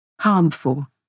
harmful